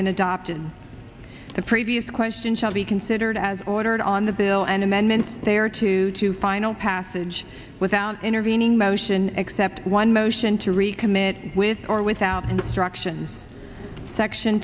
been adopted the previous question shall be considered as ordered on the bill and amendment they are to to final passage without intervening motion except one motion to recommit with or without instruction section